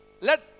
Let